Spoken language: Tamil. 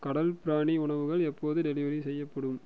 கடல் பிராணி உணவுகள் எப்போது டெலிவரி செய்யப்படும்